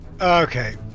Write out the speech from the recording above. Okay